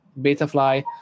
Betafly